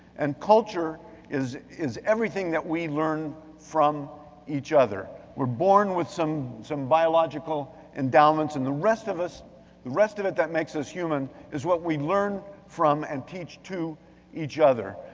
and culture is is everything that we learn from each other. we're born with some some biological endowments and the rest of the rest of it that makes us human is what we learn from and teach to each other.